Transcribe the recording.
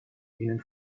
ihnen